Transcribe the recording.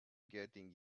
getting